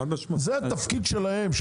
זה התפקיד שלכם.